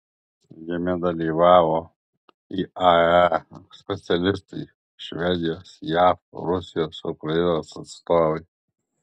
jame dalyvavo iae specialistai švedijos jav rusijos ukrainos atstovai